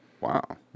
Wow